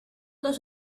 los